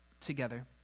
together